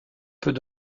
peut